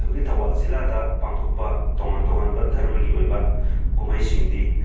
ꯑꯩꯈꯣꯏꯒꯤ ꯊꯧꯕꯥꯜ ꯖꯤꯜꯂꯥꯗ ꯄꯥꯡꯊꯣꯛꯄ ꯇꯣꯉꯥꯟ ꯇꯣꯉꯥꯟꯕ ꯙꯔꯃꯒꯤ ꯑꯣꯏꯕ ꯀꯨꯝꯍꯩꯁꯤꯡꯗꯤ